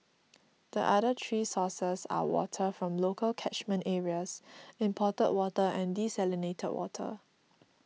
the other three sources are water from local catchment areas imported water and desalinated water